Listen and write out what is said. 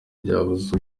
byabuze